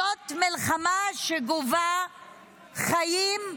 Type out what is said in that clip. זאת מלחמה שגובה חיים,